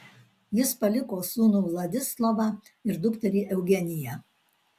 jis paliko sūnų vladislovą ir dukterį eugeniją